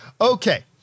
Okay